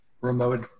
Remote